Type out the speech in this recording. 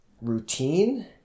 routine